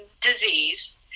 disease